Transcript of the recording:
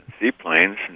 seaplanes